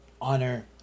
honor